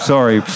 Sorry